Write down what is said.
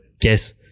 guess